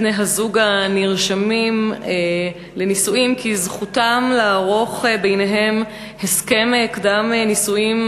בני-הזוג הנרשמים לנישואים כי זכותם לערוך ביניהם הסכם קדם-נישואים,